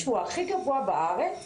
שהוא הכי גבוה בארץ,